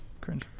Cringe